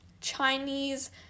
chinese